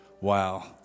Wow